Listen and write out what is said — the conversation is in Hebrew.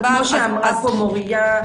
כמו שאמרה פה מוריה,